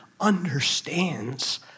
understands